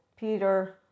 Peter